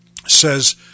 says